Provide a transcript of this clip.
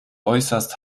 äußerst